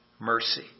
mercy